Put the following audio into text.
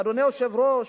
אדוני היושב-ראש,